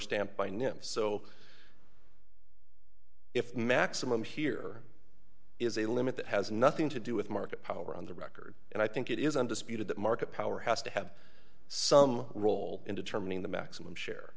stamped by noon so if maximum here is a limit that has nothing to do with market power on the record and i think it is undisputed that market power has to have some role in determining the maximum share